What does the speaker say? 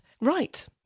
Right